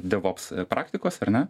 devops praktikos ar ne